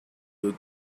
but